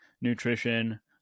nutrition